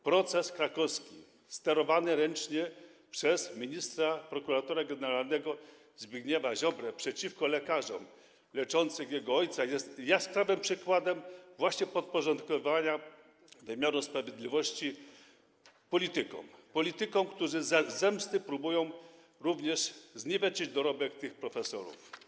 Proces krakowski sterowany ręcznie przez ministra, prokuratora generalnego Zbigniewa Ziobrę przeciwko lekarzom leczącym jego ojca jest jaskrawym przykładem właśnie podporządkowania wymiaru sprawiedliwości politykom, którzy z zemsty próbują również zniweczyć dorobek tych profesorów.